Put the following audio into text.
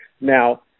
Now